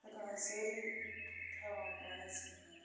ہٮ۪کان سٲری کھٮ۪وان پانَس کِہیٖنۍ نہٕ